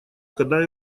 когда